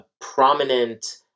prominent